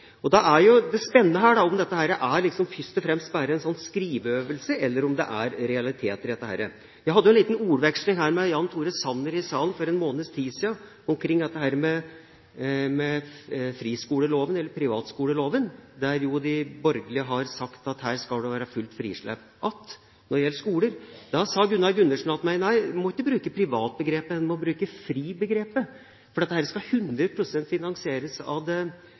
Det spennende her er om dette først og fremst bare er en skriveøvelse, eller om det er realiteter i det. Jeg hadde en liten ordveksling her i salen med Jan Tore Sanner for en måneds tid siden om dette med friskoleloven, eller privatskoleloven, der de borgerlige har sagt at her skal det igjen være fullt frislipp når det gjelder skoler. Da sa Gunnar Gundersen til meg at nei, du må ikke bruke begrepet «privat», du må bruke begrepet «fri». Dette skal finansieres 100 pst. av det offentlige, og dermed er det ikke lenger privatskoler, da er det